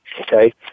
Okay